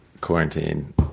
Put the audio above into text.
quarantine